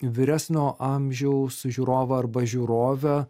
vyresnio amžiaus žiūrovą arba žiūrovę